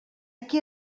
qui